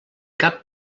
cap